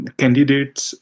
candidates